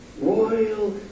royal